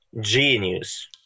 genius